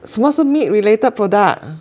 什么是 meat-related products